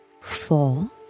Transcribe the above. four